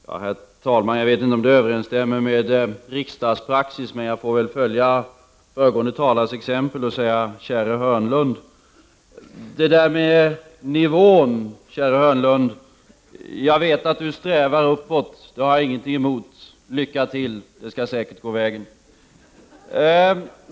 Herr talman! Jag vet inte om det överensstämmer med riksdagspraxis, men jag får väl följa föregående talares exempel och säga: Käre Hörnlund! Det där med nivån, käre Hörnlund — jag vet att du strävar uppåt. Det har jag ingenting emot. Lycka till! Det skall säkert gå vägen.